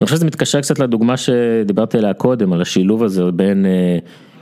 אני חושב שזה מתקשר קצת לדוגמה שדיברתי עליה קודם, על השילוב הזה בין...